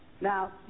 Now